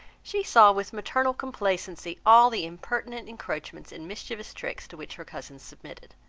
she saw with maternal complacency all the impertinent encroachments and mischievous tricks to which her cousins submitted.